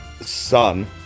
son